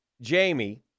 Jamie